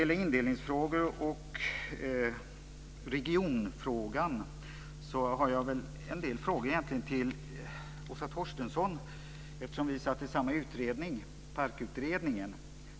Jag har en del frågor till Åsa Torstensson angående indelningsfrågan och regionfrågan, eftersom vi satt i samma utredning, PARK-utredningen.